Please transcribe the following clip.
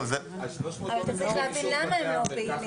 אז צריך להבין למה הם לא פעילים.